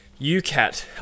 UCAT